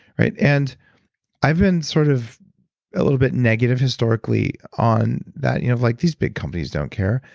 and i've been sort of a little bit negative historically on that, you know, like these big companies don't care.